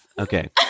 Okay